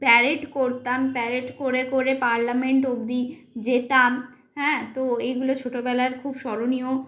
parade করতাম parade করে করে পার্লামেন্ট অবধি যেতাম হ্যাঁ তো এইগুলো ছোটবেলায় খুব স্মরণীয়